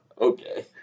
Okay